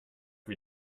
wie